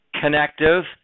connective